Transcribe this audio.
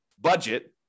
budget